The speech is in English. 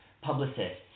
publicists